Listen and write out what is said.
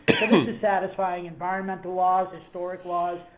so this is satisfying environmental laws, historic laws,